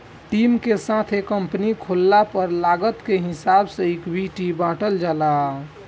team के साथे company खोलला पर लागत के हिसाब से इक्विटी बॉटल जाला